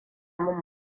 mun